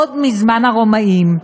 עוד מזמן הרומאים.